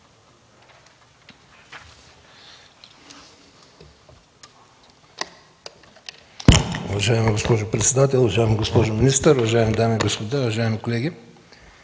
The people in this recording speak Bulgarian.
Уважаема госпожо председател, уважаема госпожо министър, уважаеми дами и господа, уважаеми колеги!